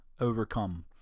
overcome